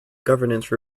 governance